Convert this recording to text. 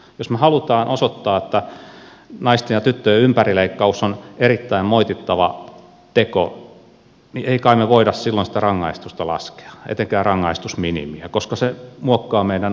jos me haluamme osoittaa että naisten ja tyttöjen ympärileikkaus on erittäin moitittava teko niin emme kai me voi silloin sitä rangaistusta laskea etenkään rangaistusminimiä koska se muokkaa meidän oikeusistuinten tuomiokäytäntöä